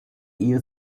ehe